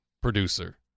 producer